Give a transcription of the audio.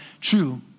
true